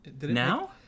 Now